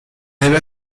debe